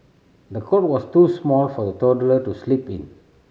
the cot was too small for the toddler to sleep in